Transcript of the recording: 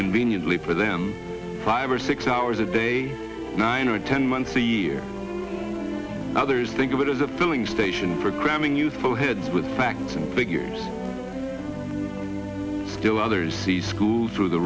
conveniently for them five or six hours a day nine or ten months a year others think of it as a filling station for cramming youthful heads with facts and figures still others see schools through the